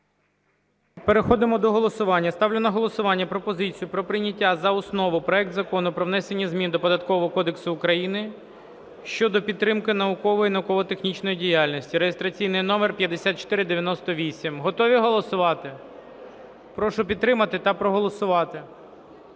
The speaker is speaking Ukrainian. Переходимо до голосування. Ставлю на голосування пропозицію про прийняття за основу проект Закону про внесення змін до Податкового кодексу України щодо підтримки наукової і науково-технічної діяльності (реєстраційний номер 5498). Готові голосувати? Прошу підтримати та проголосувати.